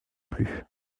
plus